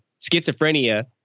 schizophrenia